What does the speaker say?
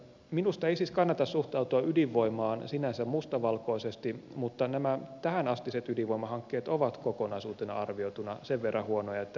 minusta ei siis kannata suhtautua ydinvoimaan sinänsä mustavalkoisesti mutta nämä tähänastiset ydinvoimahankkeet ovat kokonaisuutena arvioituna sen verran huonoja että itse en niitä voi tukea